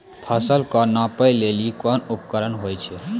फसल कऽ नापै लेली कोन उपकरण होय छै?